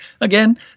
again